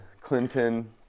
Clinton